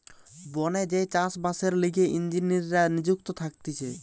বনে যেই চাষ বাসের লিগে ইঞ্জিনীররা নিযুক্ত থাকতিছে